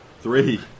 Three